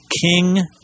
king